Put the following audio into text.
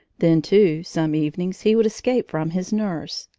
then, too, some evenings he would escape from his nurse,